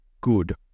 good